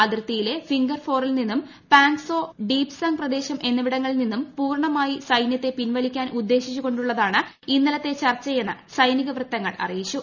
അതിർത്തിയിലെ ഫിംഗർ ഫോറിൽ നിന്നും പാങ്ഗോങ് സോ ഡീപസാംഗ് പ്രദേശം എന്നിവിടങ്ങളിൽ നിന്നും പൂർണ്ണമായി സൈനൃത്തെ പിൻവലിക്കാൻ ഉദ്ദേശിച്ചു കൊണ്ടുള്ളതാണ് ഇന്നലത്തെ ചർച്ചയെന്ന് സൈനിക വൃത്തങ്ങൾ അറിയിച്ചു